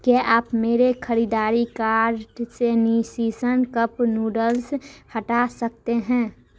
क्या आप मेरे ख़रीदारी कार्ट से निस्सिन कप नूडल्स हटा सकते हैं